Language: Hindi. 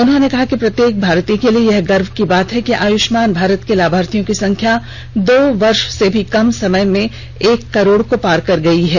उन्होंने कहा कि प्रत्येक भारतीय के लिए यह गर्व की बात है कि आयुष्मान भारत के लाभार्थियों की संख्या दो वर्ष से भी कम समय में एक करोड़ को पार कर गई है